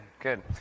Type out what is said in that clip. good